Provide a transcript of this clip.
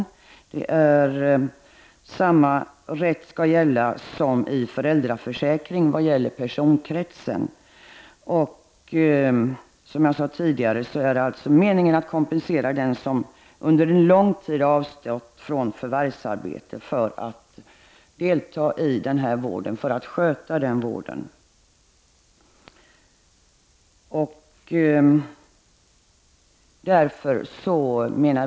Avgränsningen överensstämmer med vad som gäller beträffande rätten att uppbära föräldraförsäkring vid barns födelse. Som jag tidigare sade är syftet att kompensera den som under lång tid avstått från förvärvsarbete för att ge sådan vård som här avses.